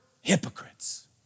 hypocrites